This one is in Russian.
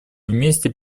вместе